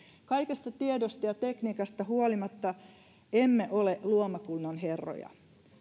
kaikesta tiedosta ja tekniikasta huolimatta emme ole luomakunnan herroja